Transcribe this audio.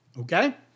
Okay